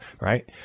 right